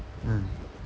mm